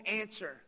answer